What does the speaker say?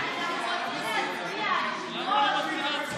אנחנו רוצים להצביע, היושב-ראש.